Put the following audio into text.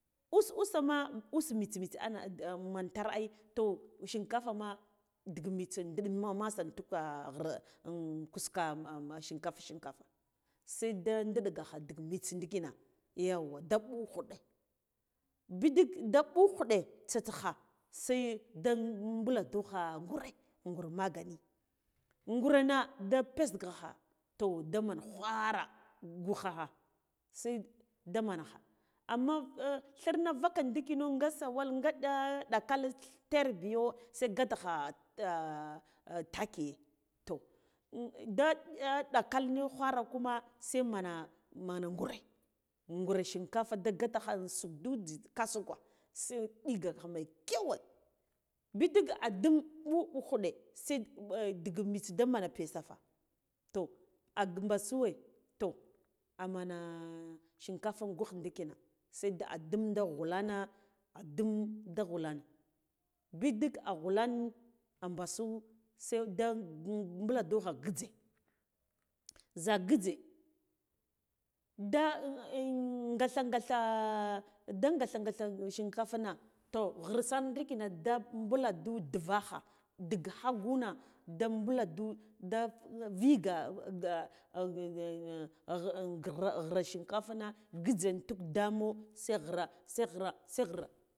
Us usema us mitse a mitse ana man tare ai toh shinkafama ndik mitsa nɗu ɗim ma matsa intukwa nghre unkuska shinkafa shinkafa se da di nɗiggagha nɗik mitsa ndikina yauwa da ɓu khuɗa biɗiga da ɓu khuɗe tsaskha se da ɓulandu kha ghure nghur magani nghurena da pesgakha toh damen ghwara ngukhakha si damen khi amma thirne vukka ndikiro ga sawal ga nɗa nɗakal tarbiyo se gatakha taki toh da dakal ghwara kuma semana man ghure ghure shinkafa da gatakha sukdu ngik kasukwa se nɗi gaka mekyauwa bidig adum ɓuɓa khuɗa se dig mitse daman pesata toh amɓesuwe toh amana shinkafangugh ndikina se a adum da ghulana adum da ghulan bidig a ghulan a mɓas u seda ɓulandukha ngijze zha ngijze da gatha gatha shinkafna ghir toh ghre sar ndikina da mɓuladu duvakha dig huna da mɓuladu da viga ghre shinkafna ngijze untuk ɗaamose ghra se ghra se ghra.